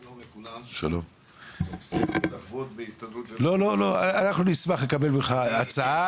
שלום לכולם --- אנחנו נשמח לקבל ממך הצעה,